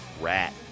rat